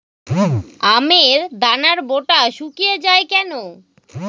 আমের দানার বোঁটা শুকিয়ে য়ায় কেন?